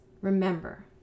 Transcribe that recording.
Remember